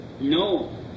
No